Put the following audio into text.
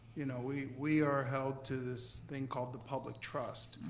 you know we we are held to this thing called the public trust.